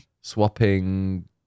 Swapping